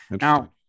Now